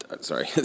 sorry